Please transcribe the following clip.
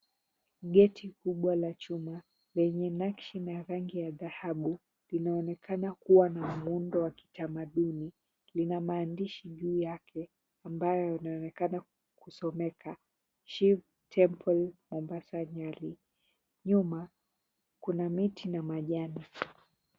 Geti kubwa la chuma, lenye nakshi na rangi ya dhahabu, linaonekana kuwa na muundo wa kitamaduni, lina maandishi juu yake ambayo yanaonekana kusomeka, Chief Temple Mombasa Nyali. Nyuma, kuna miti na majani.